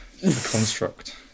construct